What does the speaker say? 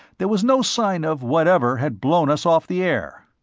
there was no sign of whatever had blown us off the air.